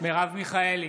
מרב מיכאלי,